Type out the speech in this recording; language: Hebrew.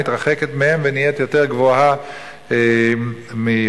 מתרחקת מהם ונהיית יותר גבוהה מיכולתם.